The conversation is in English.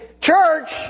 Church